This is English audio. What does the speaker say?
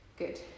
Good